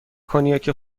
کنیاک